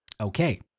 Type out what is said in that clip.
Okay